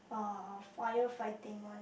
uh firefighting one